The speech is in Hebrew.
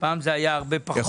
פעם זה היה הרבה פחות.